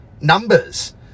numbers